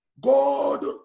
God